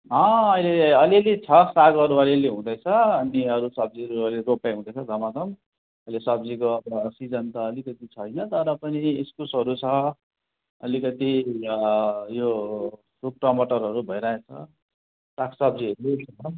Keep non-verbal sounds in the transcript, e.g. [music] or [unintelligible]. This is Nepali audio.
अँ अहिले अलिअलि छ सागहरू अलिअलि हुँदैछ अनि अरू सब्जीहरू अहिले रोपाइ हुँदैछ धमाधम अहिले सब्जीको सिजन त अलिकति छैन तर पनि इस्कुसहरू छ अलिकति यो रुख टमाटरहरू भइरहेछ साग सब्जीहरू [unintelligible]